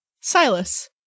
Silas